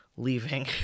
leaving